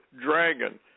dragon